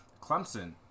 Clemson